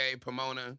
Pomona